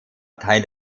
teil